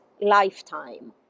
lifetime